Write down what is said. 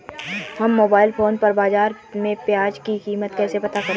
हम mobile phone पर बाज़ार में प्याज़ की कीमत कैसे पता करें?